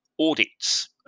audits